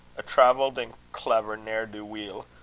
a travelled and clever ne'er-do-weel,